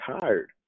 tired